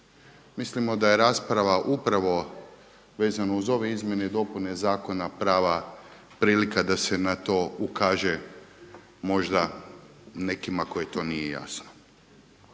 Mislimo da je rasprava upravo vezano uz ove izmjene i dopune zakona prava prilika da se na to ukaže možda nekima kojima to nije jasno.